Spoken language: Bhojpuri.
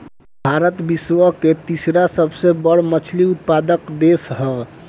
भारत विश्व के तीसरा सबसे बड़ मछली उत्पादक देश ह